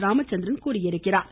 ராமச்சந்திரன் தெரிவித்துள்ளார்